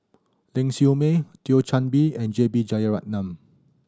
Ling Siew May Thio Chan Bee and J B Jeyaretnam